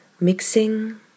mixing